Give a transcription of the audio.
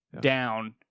down